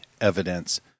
evidence